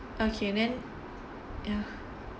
okay then ya